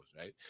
right